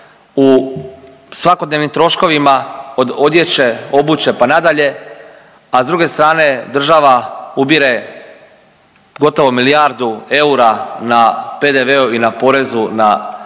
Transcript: u svakodnevnim troškovima od odjeće, obuće, pa nadalje, a s druge strane država ubire gotovo milijardu eura na PDV-u i na porezu na